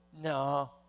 No